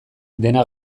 dena